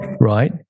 right